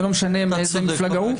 ולא משנה מאיזה מפלגה הם,